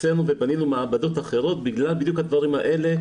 הוצאנו ובנינו מעבדות אחרות בגלל בדיוק הדברים האלה,